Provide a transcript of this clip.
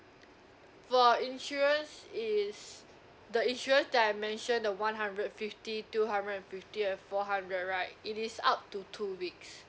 for insurance is the insurance that I mentioned the one hundred fifty two hundred and fifty and four hundred right it is up to two weeks